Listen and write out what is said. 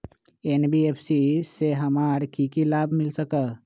NBFC से हमार की की लाभ मिल सक?